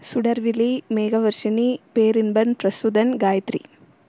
Sudarvizhi Megavarshini Perinban Prasudhan Gayatri